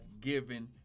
given